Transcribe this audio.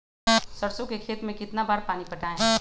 सरसों के खेत मे कितना बार पानी पटाये?